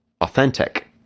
authentic